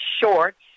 shorts